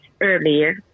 earlier